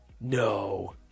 no